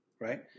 right